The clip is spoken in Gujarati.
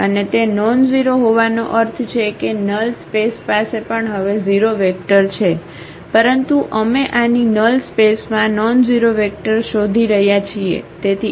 અને તે નોનઝેરો હોવાનો અર્થ છે કે નલ સ્પેસ પાસે પણ હવે 0 વેક્ટર છે પરંતુ અમે આની નલ સ્પેસમાં નોનઝેરોવેક્ટર શોધી રહ્યા છીએ